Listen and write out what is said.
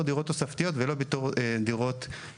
דירות תוספתיות ולא בתור דירות סך הכל.